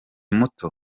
muto